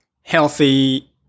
healthy